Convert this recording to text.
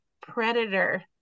predator